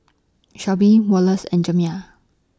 Shelbi Wallace and Jamya